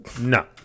No